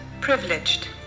privileged